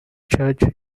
church